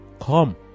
Come